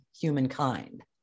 humankind